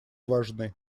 важны